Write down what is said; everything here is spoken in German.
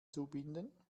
zubinden